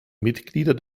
mitglieder